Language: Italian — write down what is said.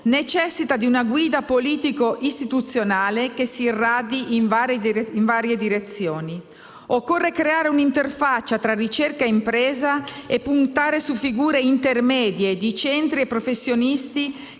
necessita di una guida politico-istituzionale che si irradi in varie direzioni. Occorre creare un'interfaccia tra ricerca e impresa e puntare su figure intermedie di centri e professionisti